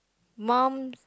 mum